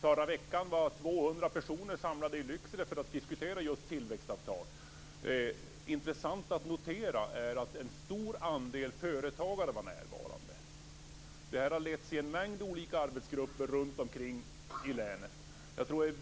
Förra veckan var 200 personer samlade i Lycksele för att diskutera just tillväxtavtal. Det är intressant att notera att en stor andel företagare var närvarande. Det har tillsatts en mängd olika arbetsgrupper runtom i länet.